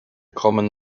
common